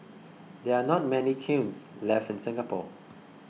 there are not many kilns left in Singapore